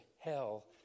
hell